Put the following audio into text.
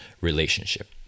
relationship